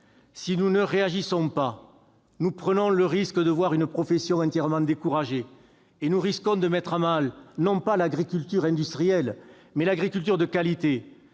Si nous ne réagissons pas, nous prenons le risque de voir une profession entièrement découragée et de mettre à mal, non pas l'agriculture industrielle, mais l'agriculture de qualité,